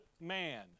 man